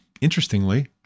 interestingly